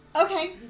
Okay